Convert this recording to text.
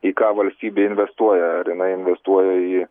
į ką valstybė investuoja ar inai investuoja į